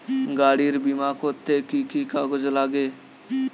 গাড়ীর বিমা করতে কি কি কাগজ লাগে?